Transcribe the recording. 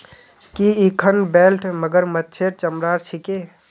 की इखन बेल्ट मगरमच्छेर चमरार छिके